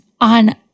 on